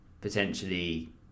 potentially